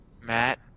Matt